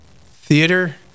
theater